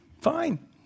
Fine